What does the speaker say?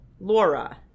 Laura